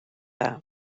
dda